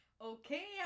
Okay